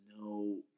no